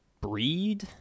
breed